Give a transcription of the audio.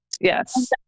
yes